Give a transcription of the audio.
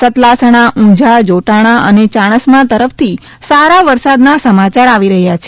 સતલાસણા ઉંઝા જોટાણા અને ચાણસ્મા તરફથી સારા વરસાદના સમાચાર આવી રહ્યા છે